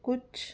ਕੁਛ